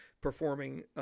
performing